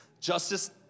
Justice